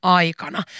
aikana